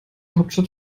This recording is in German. hauptstadt